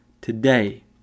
today